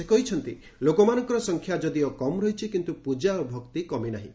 ସେ କହିଛନ୍ତି ଲୋକମାନଙ୍କର ସଂଖ୍ୟା ଯଦିଓ କମ୍ ରହିଛି କିନ୍ତୁ ପୂଜା ଓ ଭକ୍ତି କମି ନାହିଁ